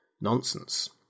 Nonsense